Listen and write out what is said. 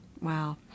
Wow